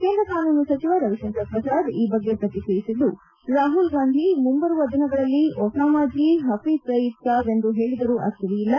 ಕೇಂದ್ರ ಕಾನೂನು ಸಚಿವ ರವಿಶಂಕರ್ ಪ್ರಸಾದ್ ಈ ಬಗ್ಗೆ ಪ್ರತಿಕ್ರಿಯಿಸಿದ್ದು ರಾಹುಲ್ ಗಾಂಧಿ ಮುಂಬರುವ ದಿನಗಳಲ್ಲಿ ಒಸಾಮಾ ಜೀ ಪಫಿಜ್ ಸಯೀದ್ ಸಾಬ್ ಎಂದು ಹೇಳಿದರೂ ಅಜ್ವರಿಯಿಲ್ಲ